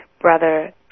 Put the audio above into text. Brother